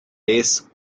race